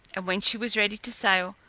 and when she was ready to sail,